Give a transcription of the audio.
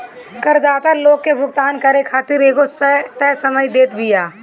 करदाता लोग के भुगतान करे खातिर एगो तय समय देत बिया